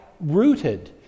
rooted